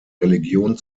religion